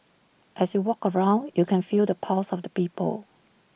as you walk around you can feel the pulse of the people